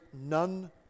none